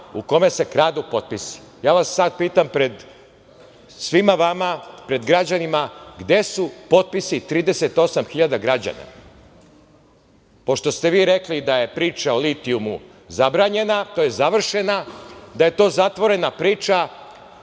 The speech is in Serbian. u kome se kradu potpisi, ja vas sad pitam pred svima vama, pred građanima, gde su potpisi 38.000 građana? Pošto ste vi rekli da je priča o litijumu zabranjena, tj. završena, da je to zatvorena priča